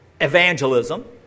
evangelism